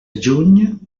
juny